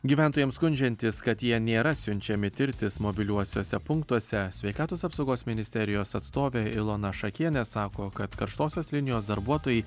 gyventojams skundžiantis kad jie nėra siunčiami tirtis mobiliuosiuose punktuose sveikatos apsaugos ministerijos atstovė ilona šakienė sako kad karštosios linijos darbuotojai